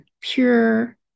pure